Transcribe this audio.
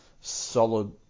solid